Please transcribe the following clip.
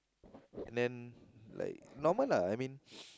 then like normal lah I mean